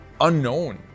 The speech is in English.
unknown